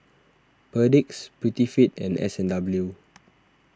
Perdix Prettyfit and S and W